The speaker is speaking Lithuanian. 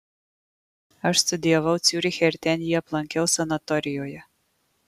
aš studijavau ciuriche ir ten jį aplankiau sanatorijoje